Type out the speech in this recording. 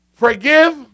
Forgive